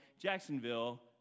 Jacksonville